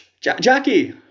Jackie